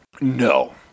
No